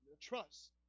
trust